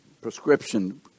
prescription